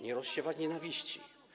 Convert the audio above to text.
nie rozsiewać nienawiści.